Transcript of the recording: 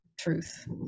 truth